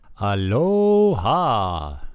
Aloha